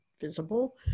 visible